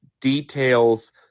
details